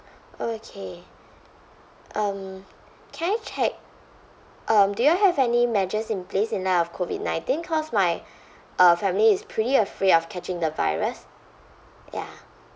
okay um can I check um do you all have any measures in place in light of COVID nineteen cause my uh family is pretty afraid of catching the virus ya